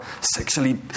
sexually